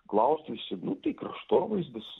klaust visi nu tai kraštovaizdis